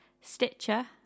Stitcher